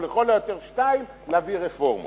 או לכל היותר שתיים, להביא רפורמות.